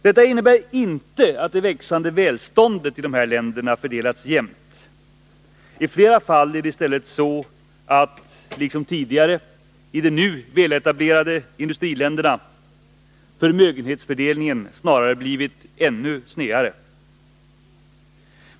Detta innebär inte att det växande välståndet i dessa länder fördelats jämnt. I flera fall är det i stället så, att — liksom tidigare i de nu väletablerade industriländerna — förmögenhetsfördelningen snarare blivit ännu snedare.